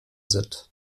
sind